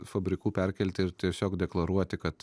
fabrikų perkelti ir tiesiog deklaruoti kad